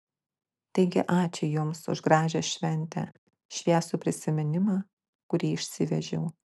taigi ačiū jums už gražią šventę šviesų prisiminimą kurį išsivežiau